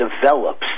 develops